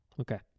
Okay